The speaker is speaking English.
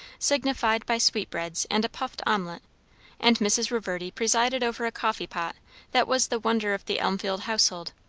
signified by sweetbreads and a puffed omelette and mrs. reverdy presided over a coffee-pot that was the wonder of the elmfield household,